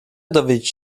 dowiedzieć